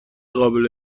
قابل